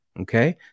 okay